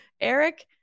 Eric